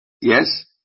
Yes